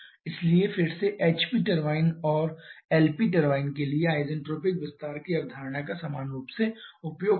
इसलिए फिर से HP टरबाइन और LP टरबाइन के लिए आइसेंट्रोपिक विस्तार की अवधारणा का समान रूप से उपयोग करें